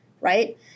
Right